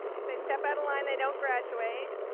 if they step out of line, they don't graduate.